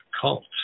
cult